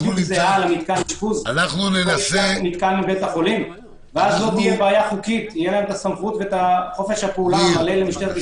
צריך שלמשטרת ישראל יהיה חופש הפעולה המלא.